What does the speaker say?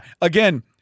again